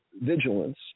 vigilance